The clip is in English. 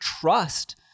trust